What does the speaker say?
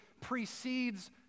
precedes